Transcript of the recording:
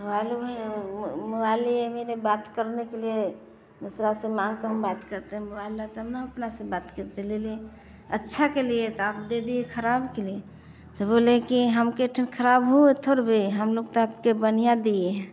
mobile में mobile ये मेरे बात करने के लिए दूसरा से मांग कर हम बात करते मोबाइल रहता न तो अपना से बात करते ले लिए अच्छा के लिए त आप दे दिए खराब के लिए तो बोले कि हम के ठन खराब थोरबे हम लोग ते आपके बढ़िया दिए है